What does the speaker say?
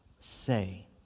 say